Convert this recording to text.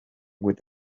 with